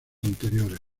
anteriores